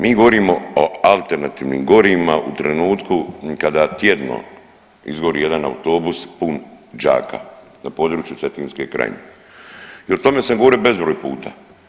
Mi govorimo o alternativnim gorivima u trenutku kada tjedno izgori jedan autobus pun đaka na području Cetinske krajine i o tome sam govorio bezbroj puta.